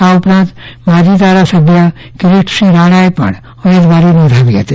આ ઉપરાંત માજી ધારાસભ્ય કિરીટસિંહ રાણાએ પણ ઉમેદવારી નોધાવી હતી